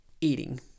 eating